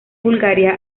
bulgaria